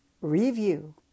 review